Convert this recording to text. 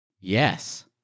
Yes